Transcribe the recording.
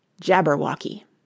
Jabberwocky